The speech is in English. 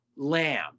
Lamb